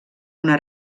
una